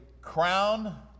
crown